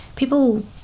People